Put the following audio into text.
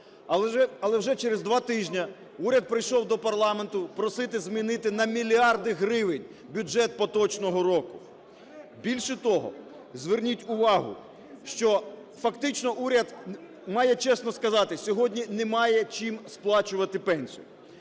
Але вже через два тижні уряд прийшов до парламенту просити змінити на мільярди гривень бюджет поточного року. Більше того, зверніть увагу, що фактично уряд має чесно сказати: сьогодні немає чим сплачувати пенсії.